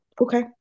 okay